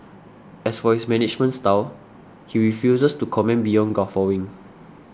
as for his management style he refuses to comment beyond guffawing